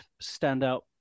standout